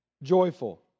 Joyful